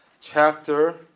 chapter